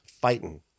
Fighting